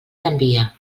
canvia